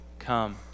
come